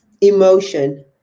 emotion